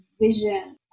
vision